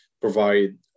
provide